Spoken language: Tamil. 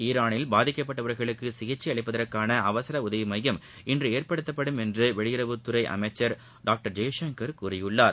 ஈரானில் பாதிக்கப்பட்டவர்களுக்கு சிகிச்சை அளிப்பதற்கான அவசர உதவி மையம் இன்று ஏற்படுத்தப்படும் என்று வெளியுறவுத்துறை அமைச்சர் டாக்டர் ஜெய்சங்கர் கூறியுள்ளார்